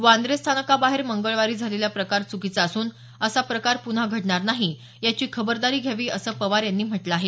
वांद्रे स्थानकाबाहेर मंगळवारी झालेला प्रकार चुकीचा असून असा प्रकार पुन्हा घडणार नाही याची खबरदारी घ्यावी असं पवार यांनी म्हटलं आहे